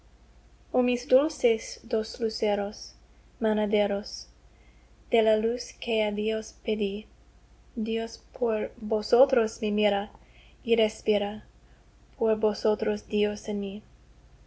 mis dulces dos luceros manaderos de la luz que á dios pedí dios por vosotros me mira y respira por vosotros dios en mí